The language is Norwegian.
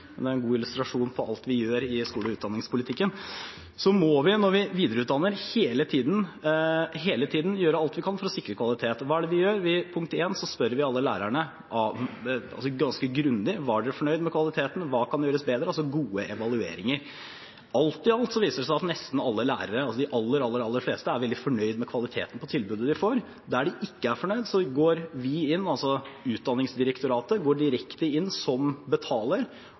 Det var en god illustrasjon på alt vi gjør i skole- og utdanningspolitikken. Så må vi – når vi videreutdanner – hele tiden gjøre alt vi kan for å sikre kvalitet. Og hva er det vi gjør? Vi spør alle lærerne ganske grundig om de var fornøyd med kvaliteten og om hva som kan gjøres bedre – gode evalueringer. Alt i alt viser det seg at nesten alle lærere – de aller, aller fleste – er fornøyd med kvaliteten på tilbudet de får. Der de ikke er fornøyd, går Utdanningsdirektoratet direkte inn som betaler